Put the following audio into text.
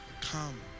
come